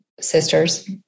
sisters